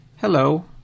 hello